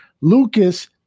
Lucas